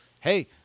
hey –